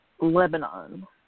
Lebanon